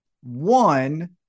One